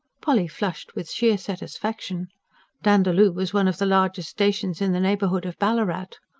polly flushed, with sheer satisfaction dandaloo was one of the largest stations in the neighbourhood of ballarat.